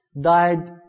Died